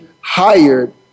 hired